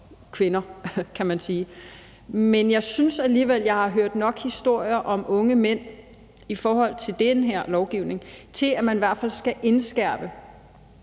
kvinder. Men jeg synes alligevel, at jeg har hørt nok historier om unge mænd i forhold til den her lovgivning til, at man i hvert fald skal indskærpe: